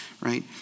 right